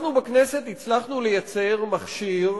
אנחנו בכנסת הצלחנו לייצר מכשיר,